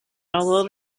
although